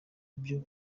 ibyo